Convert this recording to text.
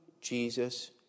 Jesus